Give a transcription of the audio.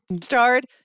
starred